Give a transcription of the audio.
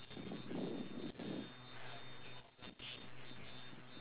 I feel I'm I'm more comfortable with her but the same thing I still